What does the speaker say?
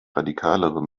radikalere